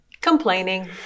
complaining